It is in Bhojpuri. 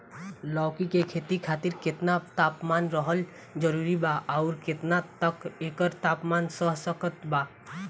लौकी के खेती खातिर केतना तापमान रहल जरूरी बा आउर केतना तक एकर तापमान सह सकत बा?